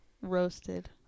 Roasted